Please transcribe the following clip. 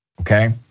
okay